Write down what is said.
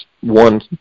one